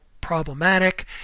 problematic